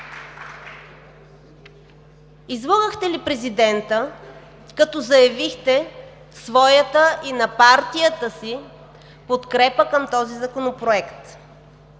Излъгахте ли президента, като заявихте своята и на партията си подкрепа към този законопроект?